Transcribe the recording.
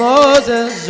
Moses